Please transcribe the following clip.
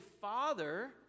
Father